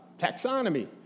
Taxonomy